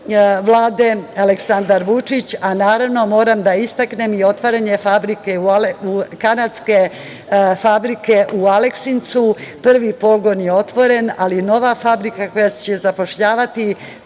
Vlade Aleksandar Vučić, a naravno moram da istaknem i otvaranje fabrike kanadske u Aleksincu, prvi pogon je otvoren, ali nova fabrika koja će zapošljavati